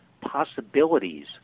possibilities